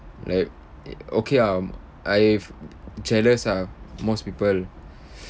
like okay ah I've jealous ah most people